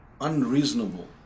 unreasonable